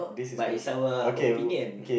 but it's our opinion